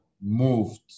moved